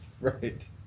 Right